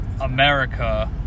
America